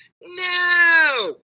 no